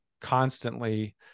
constantly